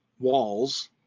walls